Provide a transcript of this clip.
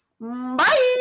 bye